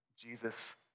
Jesus